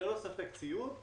וללא ספק ציוד.